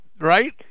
right